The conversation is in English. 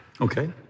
Okay